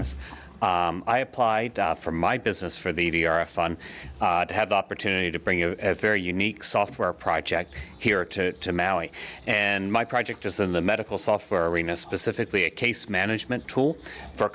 us i applied for my business for the fun had the opportunity to bring a very unique software project here to maui and my project is in the medical software arena specifically a case management tool for